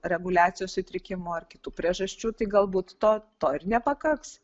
reguliacijos sutrikimo ar kitų priežasčių tai galbūt to to ir nepakaks